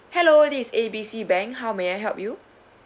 hello this is A B C bank how may I help you